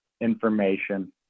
information